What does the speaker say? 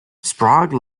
sprague